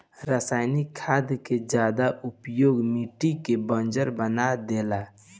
रासायनिक खाद के ज्यादा उपयोग मिट्टी के बंजर बना देला